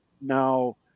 now